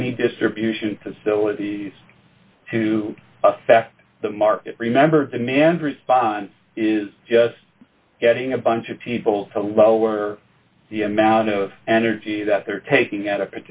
he distribution facilities to effect the market remember demand response is just getting a bunch of people to lower the amount of energy that they're taking